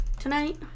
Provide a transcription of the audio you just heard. tonight